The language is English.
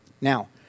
Now